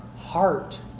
heart